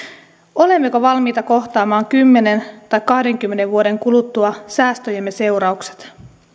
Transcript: olemmeko valmiita kohtaamaan kymmenen tai kahdenkymmenen vuoden kuluttua säästöjemme seuraukset